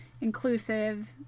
inclusive